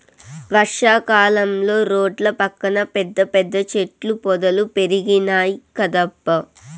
వర్షా కాలంలో రోడ్ల పక్కన పెద్ద పెద్ద చెట్ల పొదలు పెరిగినాయ్ కదబ్బా